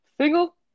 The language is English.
single